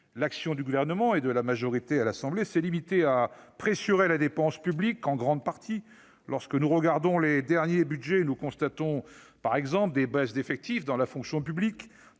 l'action du Gouvernement et de la majorité à l'Assemblée nationale s'est limitée à pressurer la dépense publique. Lorsque nous regardons les derniers budgets, nous constatons par exemple des baisses d'effectifs dans la fonction publique-